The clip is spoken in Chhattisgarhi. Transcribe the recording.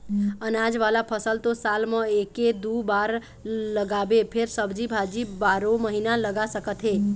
अनाज वाला फसल तो साल म एके दू बार लगाबे फेर सब्जी भाजी बारो महिना लगा सकत हे